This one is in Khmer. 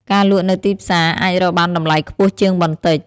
ការលក់នៅទីផ្សារ អាចរកបានតម្លៃខ្ពស់ជាងបន្តិច។